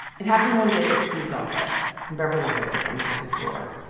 it happened one day at steve's office in beverly hills on the second floor.